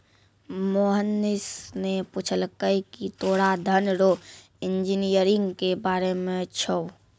मोहनीश ने पूछलकै की तोरा धन रो इंजीनियरिंग के बारे मे छौं?